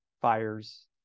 fires